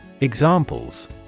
Examples